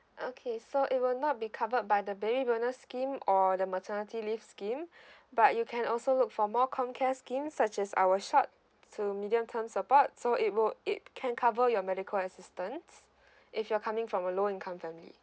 okay so it will not be covered by the baby bonus scheme or the maternity leave scheme but you can also look for more comcare schemes such as our short to medium term support so it would it can cover your medical assistance if you're coming from a low income family